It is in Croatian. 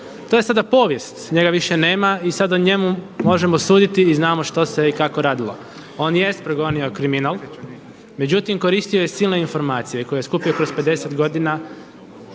To je sada povijest, njega više nema i sad o njemu možemo suditi i znamo što se i kako radilo. On jest progonio kriminal, međutim koristio je silne informacije koje je skupio kroz 50 godina